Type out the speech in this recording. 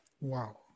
Wow